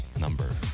number